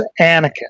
Anakin